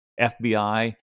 FBI